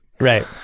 Right